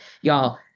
y'all